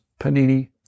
Panini